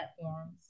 platforms